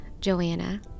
Joanna